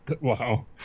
Wow